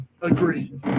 Agree